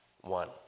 one